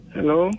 Hello